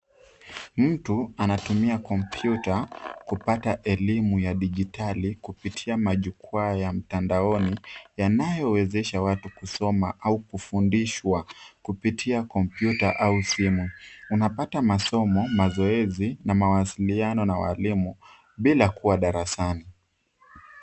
Mtu anatumia kompyuta kupata elimu ya dijitali kupitia majukwaa ya mtandaoni yanayowezesha watu kusoma au kufundishwa kupitia kompyuta au simu. Unapata masomo, mazoezi na mawasiliano na walimu bila kuwa darasani.